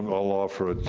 um i'll offer